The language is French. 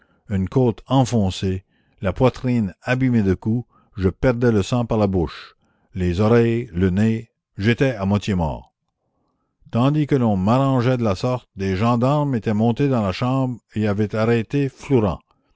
une côte enfoncée la poitrine abîmée de coups je perdais le sang par la bouche les oreilles le nez j'étais à moitié mort tandis que l'on m'arrangeait de la sorte des gendarmes étaient montés dans la chambre et avaient arrêté flourens